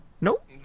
Nope